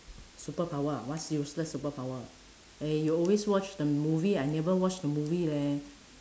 superpower ah what's useless superpower eh you always watch the movie I never watch the movie leh